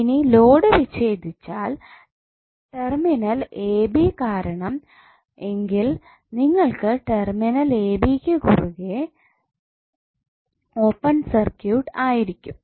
ഇനി ലോഡ് വിച്ഛേദിച്ചാൽ terminal A B കാരണം എങ്കിൽ നിങ്ങൾക് ടെർമിനൽ എ ബി ക്കു കുറുകെ ഓപ്പൺ സർക്യൂട്ട് ആയിരിക്കും